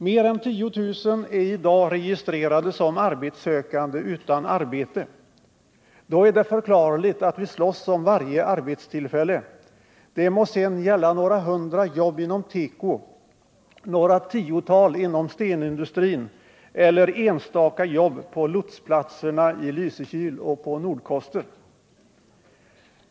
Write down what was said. Mer än 10 000 personer är i dag registrerade som arbetssökande utan arbete. Därför är det förklarligt att vi slåss om varje arbetstillfälle, det må sedan gälla några hundra jobb inom teko, några tiotal inom stenindustrin eller enstaka jobb på lotsplatserna i Lysekil och på Nordkoster.